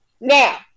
Now